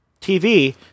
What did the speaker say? TV